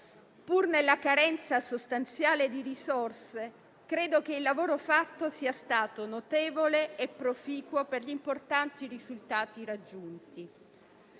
Pur nella carenza sostanziale di risorse, credo che il lavoro svolto sia stato notevole e proficuo per gli importanti risultati raggiunti.